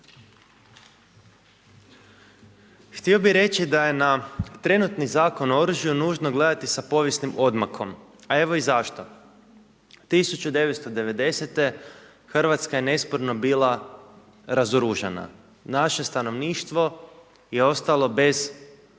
Htio bih reći da je na trenutnu Zakon o oružju nužno gledati sa povijesnim odmakom, a evo i zašto. 1990. Hrvatska je nesporno bila razoružana. Naše stanovništvo je ostalo bez sredstava